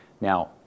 Now